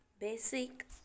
Basic